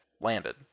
landed